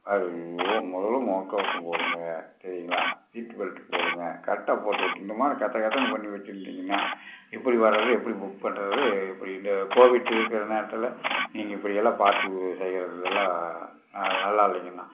ஐயய்யோ முதல முகக்கவசம் போடுங்க சரிங்களா சீட்டு பெல்ட் போடுங்க கரெக்டாக போட்டுற்றணும் இந்த மாதிரி கத்த கத்தனு பண்ணி வச்சிருந்திங்கனா எப்படி வரது எப்படி புக் பண்ணுறது இப்படி இந்த கோவிட் இருக்கிற நேரத்தில் நீங்கள் இப்படிலா பார்த்து செய்கிறதுலா நல்லா இல்லைங்கண்ணா